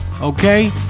Okay